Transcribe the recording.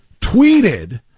tweeted